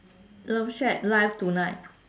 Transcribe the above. love shack live tonight